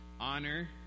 Honor